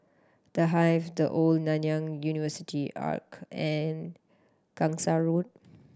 The Hive The Old Nanyang University Arch and Gangsa Road